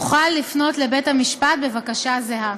יוכל לפנות לבית-המשפט בבקשה זהה.